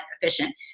efficient